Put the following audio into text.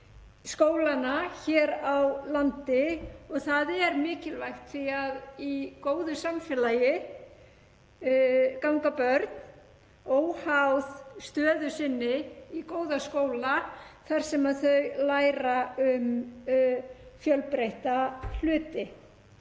skólanna hér á landi og það er mikilvægt því að í góðu samfélagi ganga börn, óháð stöðu sinni, í góða skóla þar sem þau læra um fjölbreytta hluti.